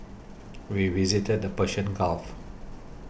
we visited the Persian Gulf